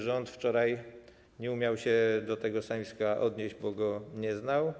Rząd wczoraj nie umiał się do tego stanowiska odnieść, bo go nie znał.